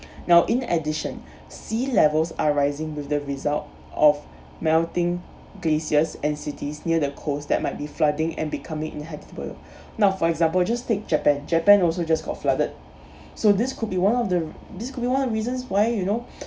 now in addition sea levels are rising with the result of melting glaciers and cities near the coast that might be flooding and becoming uninhabitable now for example just take japan japan also just got flooded so this could be one of the this could be one of reasons why you know